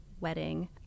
wedding